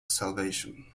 salvation